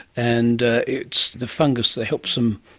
and it's the fungus that helps them,